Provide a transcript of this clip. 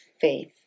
faith